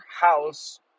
house